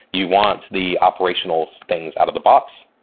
you want the operational things out of the box.